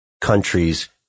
countries